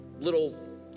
little